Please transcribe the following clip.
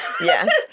Yes